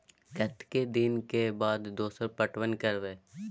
कतेक दिन के बाद दोसर पटवन करब?